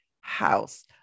house